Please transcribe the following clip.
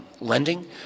lending